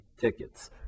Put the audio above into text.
tickets